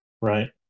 right